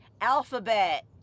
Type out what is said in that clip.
Alphabet